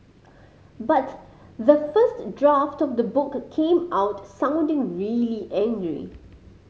but the first draft of the book came out sounding really angry